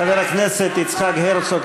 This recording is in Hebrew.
חבר הכנסת יצחק הרצוג,